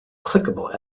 clickable